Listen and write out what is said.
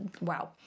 wow